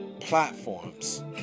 platforms